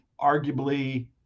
arguably